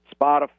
Spotify